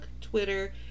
Twitter